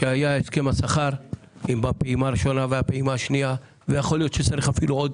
שהיה הסכם השכר בפעימה הראשונה והשנייה ויכול להיות שאפילו צריך עוד